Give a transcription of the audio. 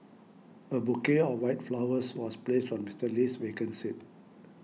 a bouquet of white flowers was placed on Mister Lee's vacant seat